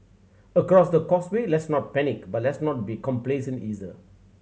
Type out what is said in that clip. across the causeway let's not panic but let's not be complacent either